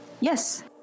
Yes